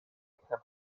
پنهان